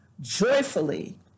joyfully